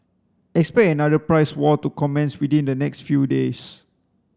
expect another price war to commence within the next few days